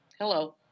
hello